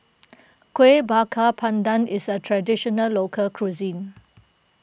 Kueh Bakar Pandan is a Traditional Local Cuisine